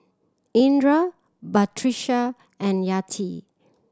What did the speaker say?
Indra Batrisya and Yati